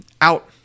out